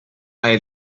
eine